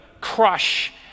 crush